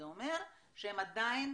זה אומר שהם עדיין